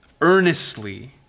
earnestly